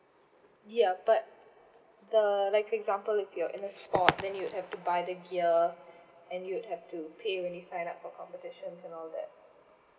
yup but the like for example if you're in the sport then you have to buy the gear and you have to pay when you sign up for competition and all that